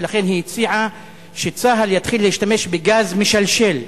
ולכן היא הציעה שצה"ל יתחיל להשתמש בגז משלשל.